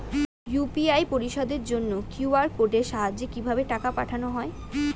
UPI পরিষেবার জন্য QR কোডের সাহায্যে কিভাবে টাকা পাঠানো হয়?